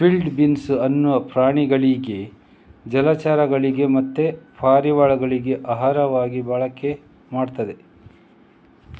field beans ಅನ್ನು ಪ್ರಾಣಿಗಳಿಗೆ ಜಲಚರಗಳಿಗೆ ಮತ್ತೆ ಪಾರಿವಾಳಗಳಿಗೆ ಆಹಾರವಾಗಿ ಬಳಕೆ ಮಾಡ್ತಾರೆ